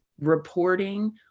reporting